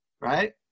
right